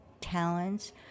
talents